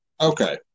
Okay